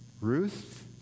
Ruth